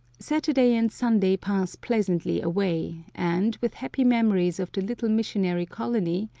saturday and sunday pass pleasantly away, and, with happy memories of the little missionary colony,